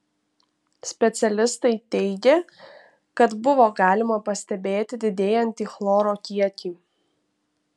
specialistai teigė kad buvo galima pastebėti didėjantį chloro kiekį